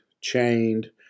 chained